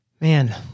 man